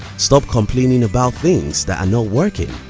stop complaining about things that are not working.